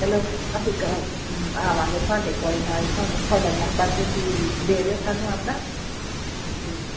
ਚਲੋ ਅਸੀਂ ਕੁ ਆਵਾਂਗੇ ਤੁਹਾਡੇ ਕੋਲ ਨਾਲੇ ਤੁਹਾਨੂੰ ਤੁਹਾਡਾ ਨੰਬਰ ਤੁਸੀਂ ਦੇ ਦਿਓ ਸਾਨੂੰ ਆਪਣਾ ਅਤੇ